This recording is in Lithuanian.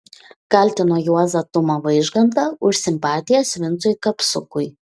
kaltino juozą tumą vaižgantą už simpatijas vincui kapsukui